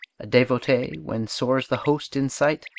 a devotee when soars the host in sight,